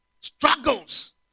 Struggles